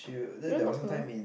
you want talk to her